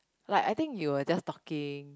like I think you were just talking